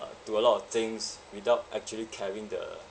uh do a lot of things without actually carrying the